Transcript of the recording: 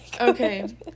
Okay